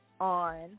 on